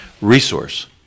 resource